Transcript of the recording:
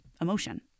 emotion